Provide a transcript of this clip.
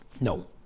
No